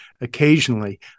occasionally